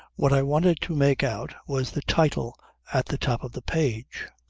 what i wanted to make out was the title at the top of the page.